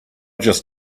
just